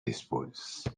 disposes